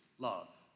love